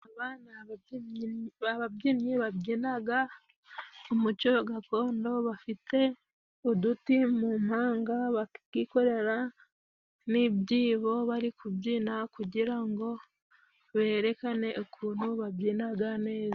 Aba ni ababyinnyi babyinaga umuco gakondo, bafite uduti mu mpanga bakikorera n'ibyibo bari kubyina kugira ngo berekane ukuntu babyinaga neza.